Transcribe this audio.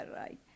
right